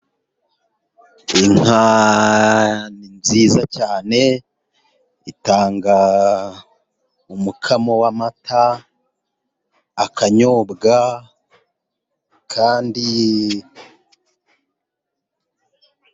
Inka ni nziza cyane, itanga umukamo w'amata akanyobwa, kandi...